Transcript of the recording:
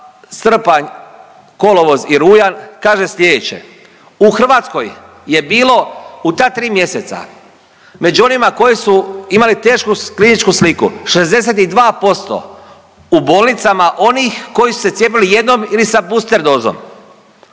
srpanj, kolovoz i rujan kaže sljedeće: „U Hrvatskoj je bilo u ta tri mjeseca među onim koji su imali tešku kliničku sliku 62% u bolnicama onih koji su se cijepili jednom ili sa buster dozom,